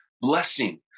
blessing